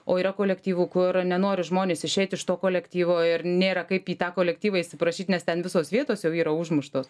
o yra kolektyvų kur nenori žmonės išeit iš to kolektyvo ir nėra kaip į tą kolektyvą įsiprašyt nes ten visos vietos jau yra užmuštos